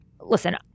listen